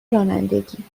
رانندگی